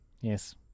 yes